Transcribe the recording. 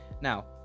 Now